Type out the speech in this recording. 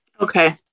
Okay